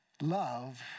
love